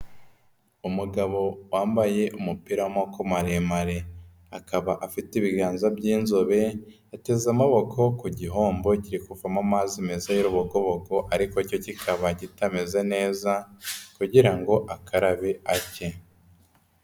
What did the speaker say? Umugabo wambaye umupira w'amaboko maremare, akaba afite ibiganza by'inzobe, yateze amaboko ku gihombo kiri kuvamo amazi meza y'urubokobobo ariko cyo kikaba kitameze neza kugira ngo akabe ake.